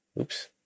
oops